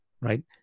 right